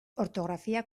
ortografia